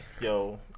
Yo